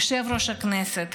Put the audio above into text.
יושב-ראש הכנסת,